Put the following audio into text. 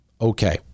Okay